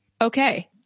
okay